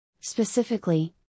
Specifically